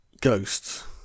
ghosts